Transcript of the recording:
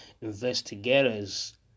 Investigators